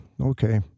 Okay